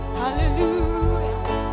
hallelujah